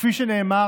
כפי שנאמר,